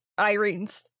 Irene's